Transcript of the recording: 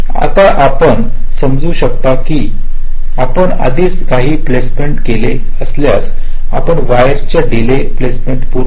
आता आपण समजू शकता की आपण आधीच काही प्लेसमेंट केले असल्यास आपण वायर्सच्या डीले चा वास्तविक अंदाज प्रदान करू शकता